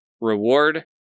reward